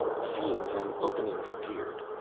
seams and openings appeared.